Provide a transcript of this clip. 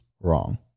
wrong